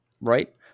right